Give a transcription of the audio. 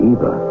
Eva